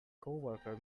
coworker